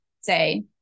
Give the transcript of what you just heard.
say